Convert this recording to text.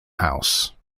house